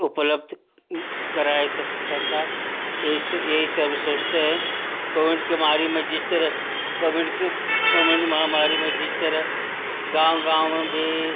उपलब्ध कराए सरकार यही से यही से हम सोचते हैं कोविड के मारी में जिस तरह कोविड के कोविड महामारी में जिस तरह गाँव गाँव में भी